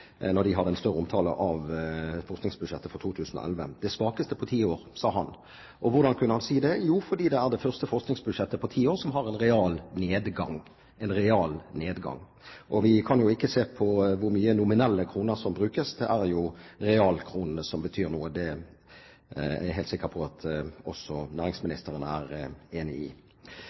de hadde en større omtale av forskningsbudsjettet for 2011. Det svakeste på ti år, sa han. Hvordan kunne han si det? Jo, fordi det er det første forskningsbudsjettet på ti år som har en realnedgang. Vi kan jo ikke se på hvor mange nominelle kroner som brukes. Det er realkronene som betyr noe. Det er jeg helt sikker på at også næringsministeren er enig i.